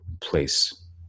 place